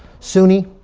sunni,